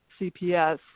CPS